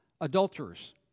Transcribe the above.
Adulterers